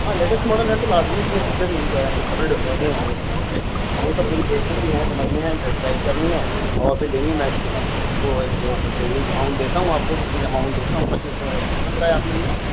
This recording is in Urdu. ہاں لیٹیسٹ ماڈل ہے تو لازمی اس میں فیچر انکلوڈیڈ رہے ہوں گے بہت سارے تو وہ سب مجھے دیکھنے بھی ہیں سمجھنے ہیں ٹیسٹ ڈرائیو کرنی ہے اور پھر لینی ہے میں اس کے بعد آپ کو ایک پرچیزنگ اماؤنٹ دیتا ہوں آپ کو بکنگ اماؤنٹ دیتا ہوں پرچیز کتنا بتایا آپ نے مجھے